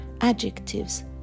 adjectives